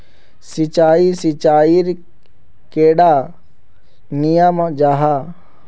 सिंचाई सिंचाईर कैडा नियम जाहा?